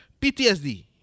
PTSD